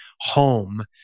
home